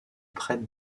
prête